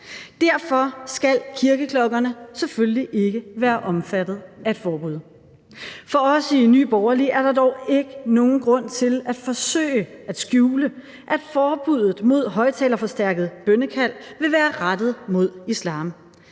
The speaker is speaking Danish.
Derfor skal kirkeklokkerne selvfølgelig ikke være omfattet af et forbud. For os i Nye Borgerlige er der dog ikke nogen grund til at forsøge at skjule, at forbuddet mod højtalerforstærket bønnekald vil være rettet mod islam.